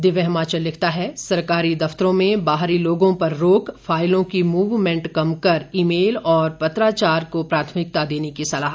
दिव्य हिमाचल लिखता है सरकारी दफ्तरों में बाहरी लोगों पर रोक फाइलों की मूवमेंट कम कर ई मेल और पत्राचार को प्राथमिकता देने की सलाह